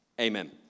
amen